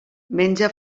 menja